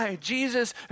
Jesus